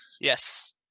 Yes